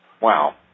Wow